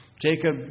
Jacob